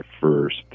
first